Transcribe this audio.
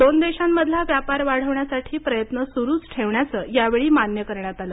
दोन देशांमधला व्यापार वाढवण्यासाठी प्रयत्न सुरूच ठेवण्याचं यावेळी मान्य करण्यात आलं